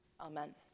Amen